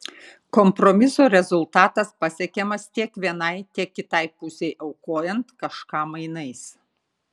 kompromiso rezultatas pasiekiamas tiek vienai tiek kitai pusei aukojant kažką mainais